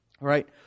right